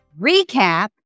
recap